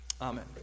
Amen